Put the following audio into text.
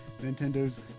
Nintendo's